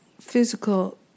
physical